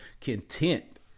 content